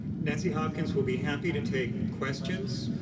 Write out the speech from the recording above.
nancy hopkins will be happy to take questions.